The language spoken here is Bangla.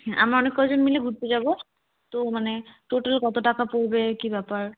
হ্যাঁ আমরা অনেক ক জন মিলে ঘুরতে যাব তো মানে টোটাল কত টাকা পড়বে কী ব্যাপার